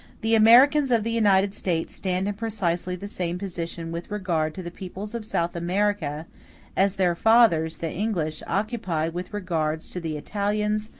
the americans of the united states stand in precisely the same position with regard to the peoples of south america as their fathers, the english, occupy with regard to the italians,